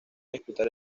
disputar